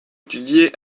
étudié